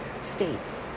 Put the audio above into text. states